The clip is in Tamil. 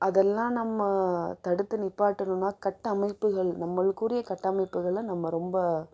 அதெல்லாம் நம்ம தடுத்து நிப்பாட்டணும்னா கட்டமைப்புகள் நம்மளுக்குரிய கட்டமைப்புகளை நம்ம ரொம்ப